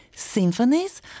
Symphonies